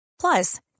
Plus